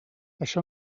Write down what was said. això